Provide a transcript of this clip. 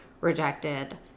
rejected